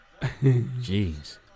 Jeez